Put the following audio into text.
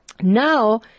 now